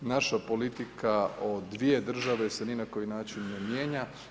Naša politika o dvije države se ni na koji način ne mijenja.